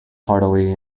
heartily